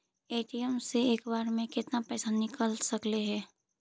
ATM से एक बार मे केतना पैसा निकल सकले हे?